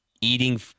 eating